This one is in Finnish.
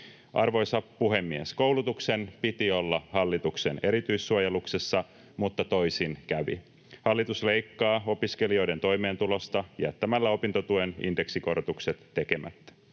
Arvoisa puhemies! Koulutuksen piti olla hallituksen erityissuojeluksessa, mutta toisin kävi. Hallitus leikkaa opiskelijoiden toimeentulosta jättämällä opintotuen indeksikorotukset tekemättä.